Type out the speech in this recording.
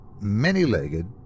many-legged